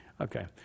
Okay